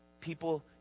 People